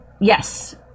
Yes